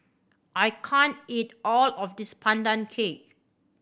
I can't eat all of this Pandan Cake